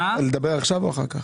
לדבר עכשיו או אחר כך.